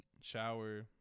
shower